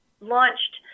launched